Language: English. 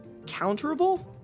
counterable